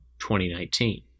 2019